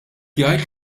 jgħid